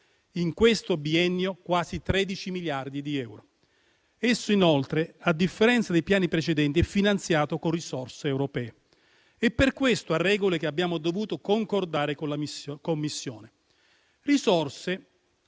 in questo biennio quasi 13 miliardi di euro. Esso, inoltre, a differenza dei piani precedenti, è finanziato con risorse europee e per questo ha regole che abbiamo dovuto concordare con la Commissione. Sono